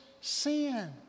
sin